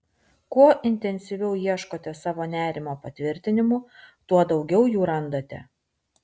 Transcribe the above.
kuo intensyviau ieškote savo nerimo patvirtinimų tuo daugiau jų randate